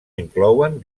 inclouen